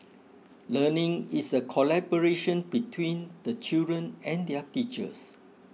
learning is a collaboration between the children and their teachers